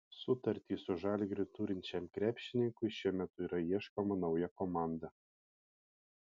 sutartį su žalgiriu turinčiam krepšininkui šiuo metu yra ieškoma nauja komanda